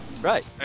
Right